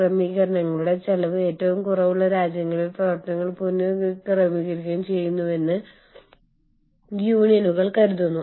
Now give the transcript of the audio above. വ്യത്യസ്ത സംസ്കാരങ്ങളിൽ നിന്നും വ്യത്യസ്ത രാജ്യങ്ങളിൽ നിന്നും വ്യത്യസ്ത ആവശ്യങ്ങളുള്ള ജീവനക്കാരുടെ വളരെ വിപുലമായ ഒരു മിശ്രിതം മാനേജ് ചെയുന്നു